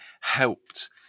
helped